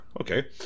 Okay